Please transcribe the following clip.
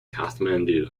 kathmandu